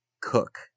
cook